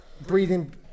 breathing